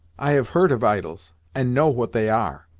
i have heard of idols, and know what they are.